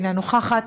אינה נוכחת,